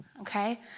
Okay